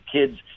kids